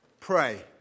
pray